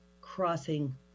crossing